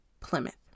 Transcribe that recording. Plymouth